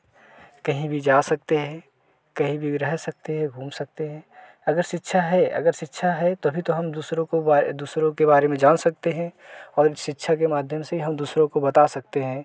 कहीं भी जा सकते हैं कहीं भी रह सकते हैं घूम सकते हैं अगर शिक्षा है अगर शिक्षा है तभी तो हम दूसरों को बाय दुसरों के बारे में जान सकते हैं और इन शिक्षा के माध्यम से हम दूसरों को बता सकते हैं